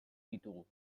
ditugu